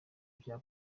bya